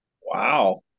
Wow